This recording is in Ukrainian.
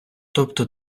тобто